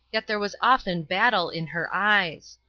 yet there was often battle in her eyes.